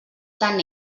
tant